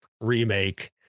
remake